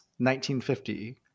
1950